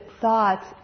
thoughts